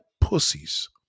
pussies